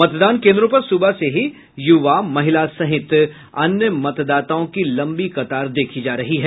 मतदान केन्द्रों पर सुबह से ही युवा महिला सहित अन्य मतदाताओं की लंबी कतार देखी जा रही है